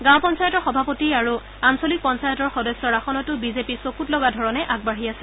গাঁও পঞ্চায়তৰ সভাপতি আৰু আঞ্চলিক পঞ্চায়তৰ সদস্যৰ আসনতো বিজেপি চকুত লগা ধৰণে আগবাঢ়ি আছে